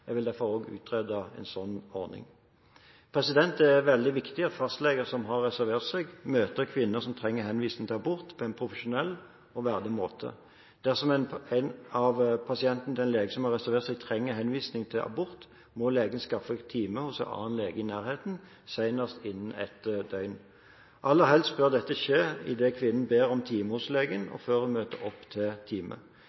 Jeg vil derfor utrede en slik ordning. Det er veldig viktig at fastleger som har reservert seg, møter kvinner som trenger henvisning til abort, på en profesjonell og verdig måte. Dersom en av pasientene til en lege som har reservert seg, trenger henvisning til abort, må legen skaffe time hos en annen lege i nærheten – senest innen ett døgn. Aller helst bør dette skje idet kvinnen ber om